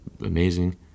amazing